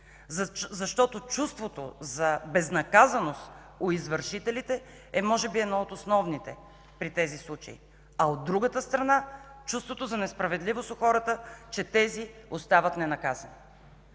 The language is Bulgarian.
Защото чувството за безнаказаност у извършителите е може би едно от основните при тези случаи, от другата страна – чувството у хората за несправедливост, че тези остават ненаказани.